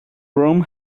rome